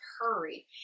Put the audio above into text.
hurry